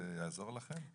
זה יעזור לכם?